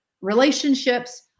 relationships